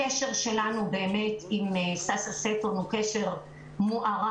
הקשר שלנו באמת עם סאסא סטון הוא קשר מוערך,